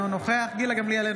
אינו נוכח גילה גמליאל,